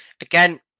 again